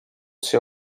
ser